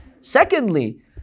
Secondly